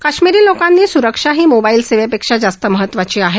काश्मिरी लोकांनी सुरक्षा ही मोबाईल सेवेपेक्षा जास्त महत्वाची आहे